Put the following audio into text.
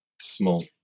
small